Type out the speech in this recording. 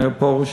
מאיר פרוש: